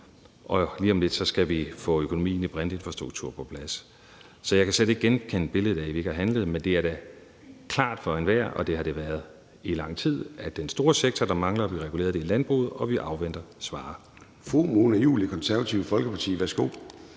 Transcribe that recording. og lige om lidt skal vi få økonomien i brintinfrastrukturen på plads. Så jeg kan slet ikke genkende billedet af, at vi ikke har handlet, men det er da klart for enhver – og det har det været i lang tid – at den store sektor, der mangler at blive reguleret, er landbruget, og vi afventer Svarerudvalget. Kl.